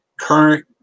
current